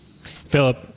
Philip